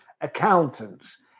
accountants